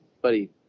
buddy